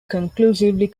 conclusively